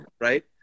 right